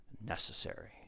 necessary